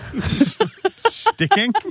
Sticking